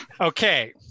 Okay